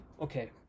Okay